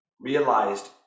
realized